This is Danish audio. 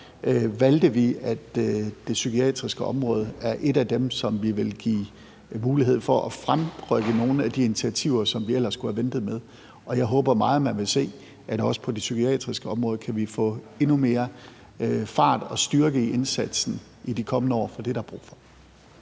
valgte vi, at det psykiatriske område er et af dem, hvor vi vil give mulighed for at fremrykke nogle af de initiativer, som vi ellers skulle have ventet med. Jeg håber meget, at man vil se, at også på det psykiatriske område kan vi få endnu mere fart og styrke indsatsen i de kommende år, for det er der brug for.